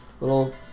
little